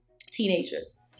teenagers